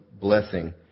blessing